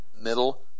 middle